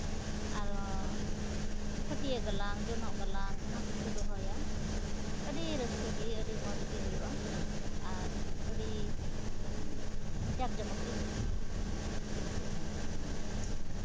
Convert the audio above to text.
ᱟᱨᱚ ᱯᱟᱹᱴᱭᱟᱹ ᱜᱟᱞᱟᱝ ᱡᱚᱱᱚᱜ ᱜᱟᱞᱟᱝ ᱚᱱᱟ ᱠᱚᱠᱚ ᱫᱚᱦᱚᱭᱟ ᱟᱹᱰᱤ ᱨᱟᱹᱥᱠᱟᱹ ᱜᱮ ᱟᱹᱰᱤ ᱢᱚᱡᱽ ᱜᱮ ᱦᱩᱭᱩᱜᱼᱟ ᱟᱨ ᱟᱹᱰᱤ ᱡᱟᱠ ᱠᱚᱢᱚᱠ ᱜᱮ ᱦᱩᱭᱩᱜᱼᱟ ᱛᱤᱨᱤᱥᱟ ᱡᱩᱱ ᱫᱚ